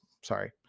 sorry